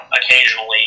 occasionally